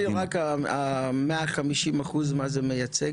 תסביר לי רק ה-150% מה זה מייצג?